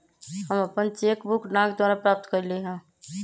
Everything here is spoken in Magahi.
हम अपन चेक बुक डाक द्वारा प्राप्त कईली ह